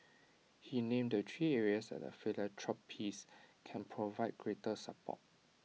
he named the three areas that philanthropists can provide greater support